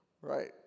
Right